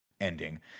ending